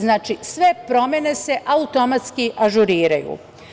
Znači, sve promene se automatski ažuriraju.